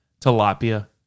tilapia